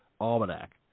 almanac